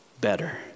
better